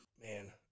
Man